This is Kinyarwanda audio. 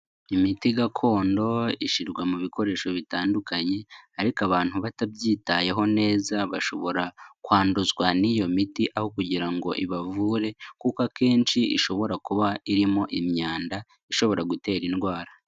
Imiti gakondo ishyirwa mu bikoresho bitandukanye ariko abantu batabyitayeho neza bashobora kwanduzwa n'iyo miti aho kugira ngo ibavure, kuko akenshi ishobora kuba irimo imyanda ishobora gutera indwara.